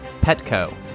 petco